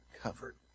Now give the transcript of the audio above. covered